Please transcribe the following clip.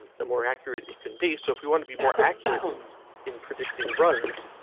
the more accurate it can be. so if we want to be more accurate in predicting runs,